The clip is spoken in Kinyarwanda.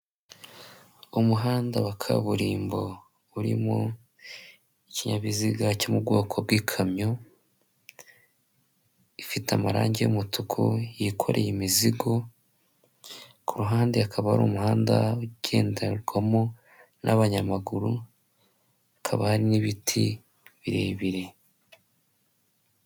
Umuhanda wa kaburimbo uri mu kinyabiziga cyo mu bwoko bw'ikamyo ifite amarangi y'umutuku yikoreye imizigo ku ruhande akaba ari umuhanda ugenderwamo n'abanyamaguru hakaba hari n'ibiti birebire.